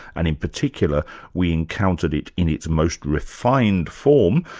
and in particular we encountered it in its most refined form,